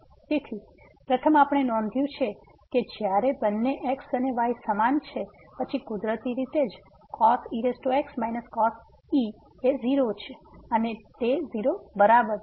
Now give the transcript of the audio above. તેથી પ્રથમ આપણે નોંધ્યું છે કે જ્યારે બંને x અને y સમાન છે પછી કુદરતી રીતે cos ex cos e એ 0 છે અને તે 0 બરાબર છે